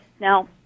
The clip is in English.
Now